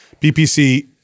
BPC